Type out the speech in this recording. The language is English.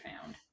found